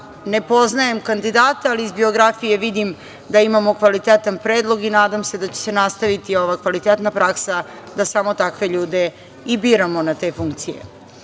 ne poznajem kandidata, ali iz biografije vidim da imamo kvalitetan predlog i nadam se da će se nastaviti ova kvalitetna praksa, da samo takve ljude i biramo na te funkcije. Druga